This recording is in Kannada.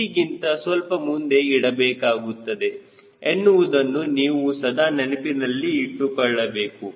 G ಗಿಂತ ಸ್ವಲ್ಪ ಮುಂದೆ ಇಡಬೇಕಾಗುತ್ತದೆ ಎನ್ನುವುದನ್ನು ನೀವು ಸದಾ ನೆನಪಿನಲ್ಲಿ ಇಟ್ಟುಕೊಳ್ಳಬೇಕು